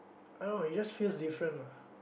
I don't know it just feels different lah